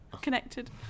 connected